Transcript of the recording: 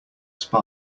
spy